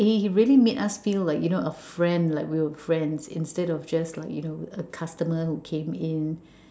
he he really made us feel like you know a friend like we were friends instead of just like you know a customer who came in